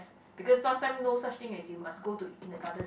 because last time no such thing as you must go to Kindergarten